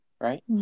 right